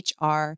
HR